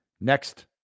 next